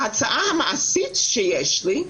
ההצעה המעשית שיש לי,